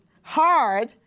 hard